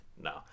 No